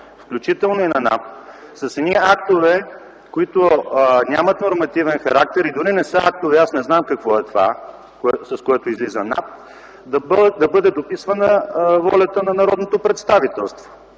включително и на НАП, с едни актове, които нямат нормативен характер и дори не са актове, аз не знам какво е това, с което излиза НАП, да бъде дописвана волята на народното представителство.